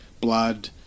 Blood